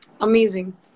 amazing